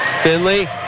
Finley